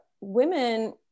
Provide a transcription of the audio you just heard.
women